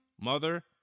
mother